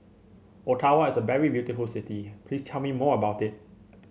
Ottawa is a very beautiful city please tell me more about it